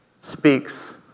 speaks